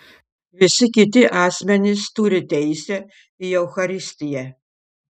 visi kiti asmenys turi teisę į eucharistiją